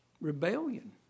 Rebellion